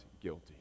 guilty